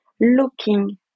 looking